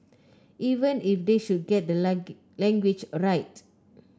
even if they should get the language a right